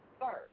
first